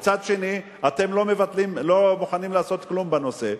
מצד שני אתם לא בוחנים לעשות כלום בנושא.